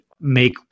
make